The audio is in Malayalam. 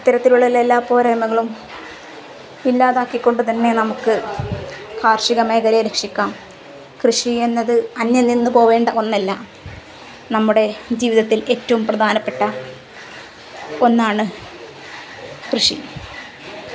ഇത്തരത്തിലുള്ള എല്ലാ പോരായ്മകളും ഇല്ലാതാക്കിക്കൊണ്ട് തന്നെ നമുക്ക് കാർഷിക മേഖലയെ രക്ഷിക്കാം കൃഷിയെന്നത് അന്യംനിന്നുപോകേണ്ട ഒന്നല്ല നമ്മുടെ ജീവിതത്തിൽ ഏറ്റവും പ്രധാനപ്പെട്ട ഒന്നാണ് കൃഷി